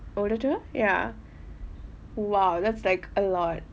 older ya !wow! that's like a lot